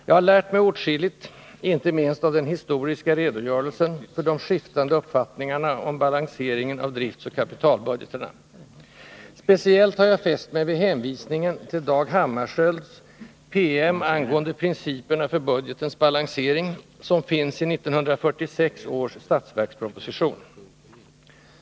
Jag har lärt mig åtskilligt, inte minst av den historiska redogörelsen för de skiftande uppfattningarna om balanseringen av driftoch kapitalbudgetarna. Speciellt har jag fäst mig vid hänvisningen till Dag Hammarskjölds PM angående principerna för budgetens balansering, som finns i 1946 års statsverksproposition.